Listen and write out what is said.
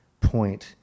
point